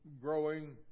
growing